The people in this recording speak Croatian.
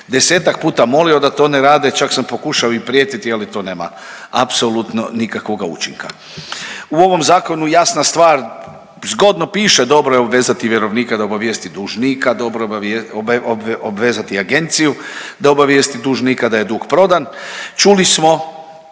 desetak puta molio da to ne rade, čak sam pokušao i prijetiti ali to nema apsolutno nikakvoga učinka. U ovim zakonu jasna stvar zgodno piše, dobro je obvezati vjerovnika da obavijesti dužnika, dobro obvezati agenciju da obavijesti dužnika da je dug prodan. Čuli smo